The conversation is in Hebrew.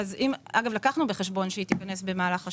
אגב, לקחנו בחשבון שהיא תיכנס במהלך השנה.